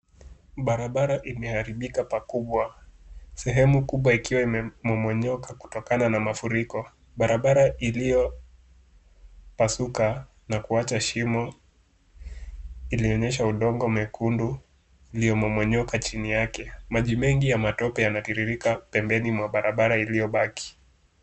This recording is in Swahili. Barabara imeharibika pakubwa, sehemu kubwa ikiwa imemomonyoka kutokana na mafuriko. Barabara iliyopasuka na kuacha shimo inaonyesha udongo mwekundu uliomomonyoka chini yake. Maji mengi ya matope yanatiririka pembeni mwa barabara iliyobaki.